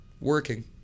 working